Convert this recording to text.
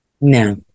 no